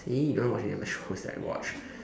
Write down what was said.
see you don't watch any of the shows that I watch